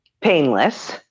painless